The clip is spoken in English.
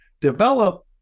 Develop